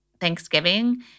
Thanksgiving